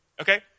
okay